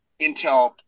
Intel